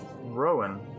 Rowan